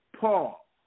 Paul